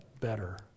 better